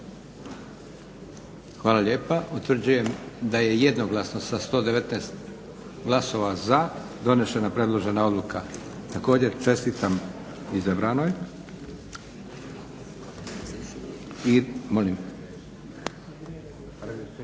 Hvala lijepa. Utvrđujem da je jednoglasno sa 119 glasova za donesena predložena odluka. Čestitam izabranoj. Time smo glasovanje